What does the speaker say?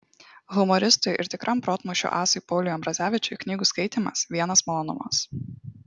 humoristui ir tikram protmūšių asui pauliui ambrazevičiui knygų skaitymas vienas malonumas